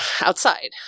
outside